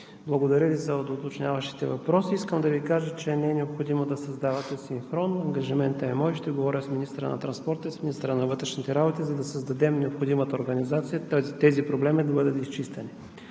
Благодаря Ви за доуточняващите въпроси. Искам да Ви кажа, че не е необходимо да създавате синхрон. Ангажиментът е мой. Ще говоря с министъра на транспорта и с министъра на вътрешните работи, за да създадем необходимата организация тези проблеми да бъдат изчистени.